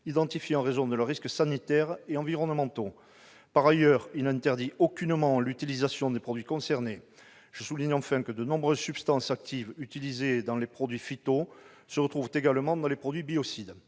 identifiés en raison de leurs risques sanitaires et environnementaux. En outre, il ne tend aucunement à interdire l'utilisation des produits concernés. Je souligne enfin que de nombreuses substances actives utilisées dans les produits phytosanitaires se retrouvent également dans les produits biocides.